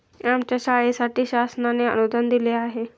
आमच्या शाळेसाठी शासनाने अनुदान दिले आहे